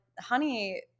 honey